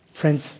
Friends